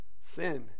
sin